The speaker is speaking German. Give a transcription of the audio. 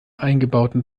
eingebauten